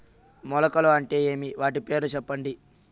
మొలకలు అంటే ఏమి? వాటి పేర్లు సెప్పండి?